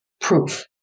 Proof